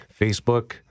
Facebook